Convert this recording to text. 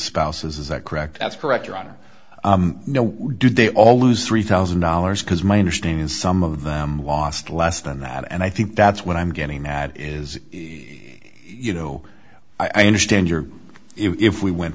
spouses is that correct that's correct your honor no were did they all lose three thousand dollars because my understanding some of them lost less than that and i think that's what i'm getting at is you know i understand your if we went